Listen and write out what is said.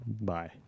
bye